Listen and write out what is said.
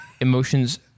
emotions